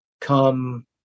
come